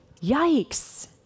Yikes